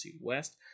West